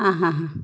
ആ ഹാ ഹാ